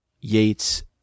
Yates